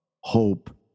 hope